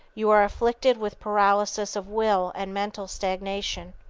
you are afflicted with paralysis of will and mental stagnation.